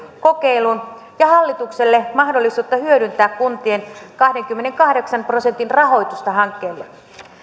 kokeiluun ja hallitukselle mahdollisuutta hyödyntää kuntien kahdenkymmenenkahdeksan prosentin rahoitusta hankkeelle